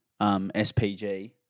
SPG